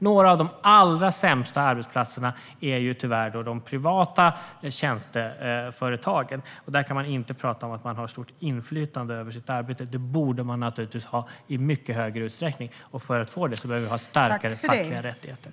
Några av de allra sämsta arbetsplatserna är tyvärr de privata tjänsteföretagen. Där kan man inte tala om att ha stort inflytande över sitt arbete. Det borde man naturligtvis ha i mycket större utsträckning, och för att få det behöver vi ha starkare fackliga rättigheter.